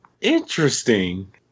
interesting